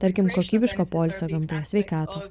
tarkim kokybiško poilsio gamtoj sveikatos